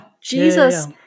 Jesus